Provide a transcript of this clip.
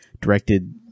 directed